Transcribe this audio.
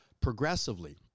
progressively